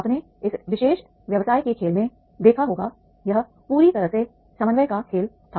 आपने इस विशेष व्यवसाय के खेल में देखा होगा यह पूरी तरह से समन्वय का खेल था